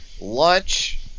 lunch